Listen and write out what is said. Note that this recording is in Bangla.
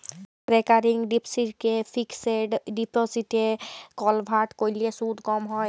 রেকারিং ডিপসিটকে ফিকসেড ডিপসিটে কলভার্ট ক্যরলে সুদ ক্যম হ্যয়